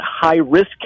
high-risk